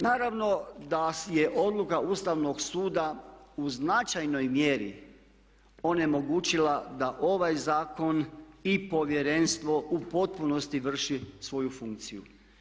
Naravno da je odluka Ustavnog suda u značajnoj mjeri onemogućila da ovaj zakon i povjerenstvo u potpunosti vrši svoju funkciju.